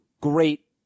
great